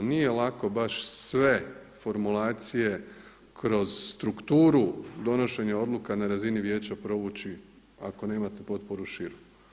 Nije lako baš sve formulacije kroz strukturu donošenja odluka na razini Vijeća provući ako nemate potporu širu.